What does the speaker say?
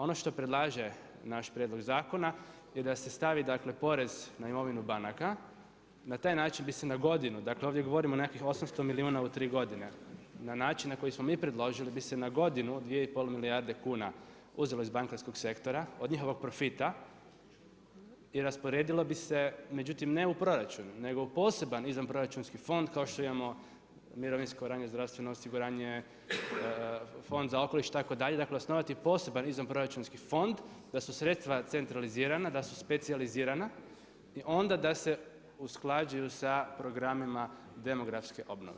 Ono što predlaže naš prijedlog zakona je da se stavi porez na imovinu banaka, na taj način bi se na godinu, dakle ovdje govorimo o nekakvih 800 milijuna u tri godine na način na koji smo mi predložili bi se na godinu 2,5 milijarde kuna uzelo iz bankarskog sektora, od njihovog profita i rasporedilo bi se, međutim ne u proračun nego u poseban izvanproračunski fond kao što imamo mirovinsko osiguranje, zdravstveno osiguranje, Fond za okoliš itd. dakle osnovati poseban izvanproračunski fond da su sredstva centralizirana, da su specijalizirana i onda da se usklađuju sa programima demografske obnove.